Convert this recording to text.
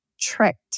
tricked